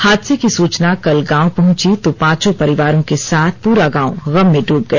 हादसे की सूचना कल गांव पहुंची तो पांचों परिवार के साथ पूरा गांव गम में डूब गया